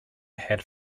had